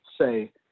say